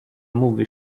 movie